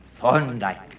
Thorndyke